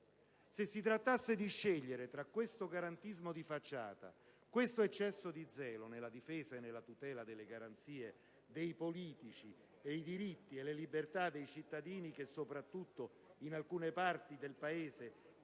Se si trattasse di scegliere tra questo garantismo di facciata, questo eccesso di zelo nella difesa e nella tutela delle garanzie dei politici e i diritti e le libertà dei cittadini che, soprattutto in alcune parti del Paese,